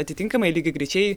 atitinkamai lygiagrečiai